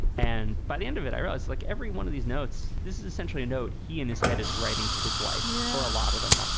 and by the end of it, i was like every one of these notes. this is essentially a note. he and his head is writing to his wife yeah for a lot of them. ah